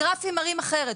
הגרפים מראים אחרת.